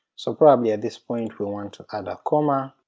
so probably at this point we want to add a comma,